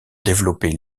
développer